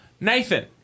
Nathan